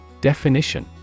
Definition